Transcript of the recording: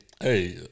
hey